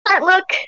look